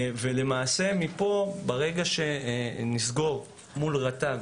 למעשה מפה, ברגע שנסגור מול רט"ג